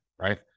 right